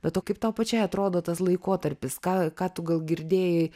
be to kaip tau pačiai atrodo tas laikotarpis ką ką tu gal girdėjai